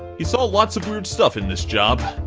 he saw lots of weird stuff in this job,